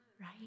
right